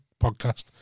podcast